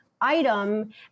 item